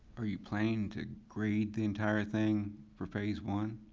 are you planning to grade the entire thing for phase one?